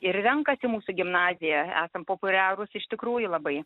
ir renkasi mūsų gimnaziją esam populiarūs iš tikrųjų labai